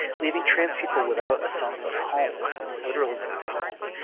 leaving trans people without a sense of home, or literally without a home,